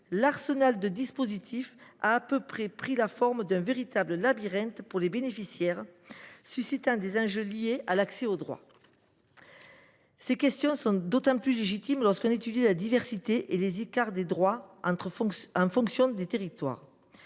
l’arsenal de dispositifs a peu à peu pris la forme d’un véritable labyrinthe pour les bénéficiaires, ce qui pose la question de l’accès aux droits. Ces questions sont d’autant plus légitimes lorsqu’on étudie la diversité et les écarts des droits en fonction des territoires.